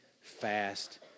fast